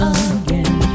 again